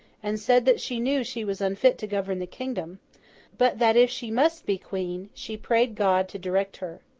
and said that she knew she was unfit to govern the kingdom but that if she must be queen, she prayed god to direct her.